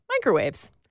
microwaves